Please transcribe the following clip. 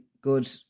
good